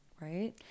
right